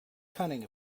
cunning